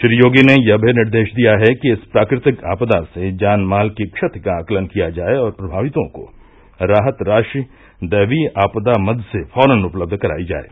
श्री योगी ने यह निर्देश भी दिया है कि इस प्राकृतिक आपदा से जान माल की क्षति का आंकलन किया जाये और प्रभावितों को राहत राशि दैवीय आपदा मद से फौरन उपलब्ध कराई जाये